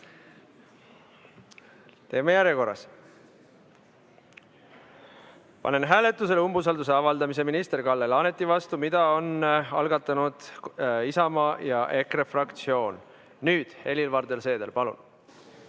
Teeme järjekorras. Panen hääletusele umbusalduse avaldamise minister Kalle Laanetile, mille on algatanud Isamaa ja EKRE fraktsioon. Helir-Valdor Seeder, palun!